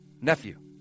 Nephew